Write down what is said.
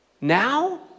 now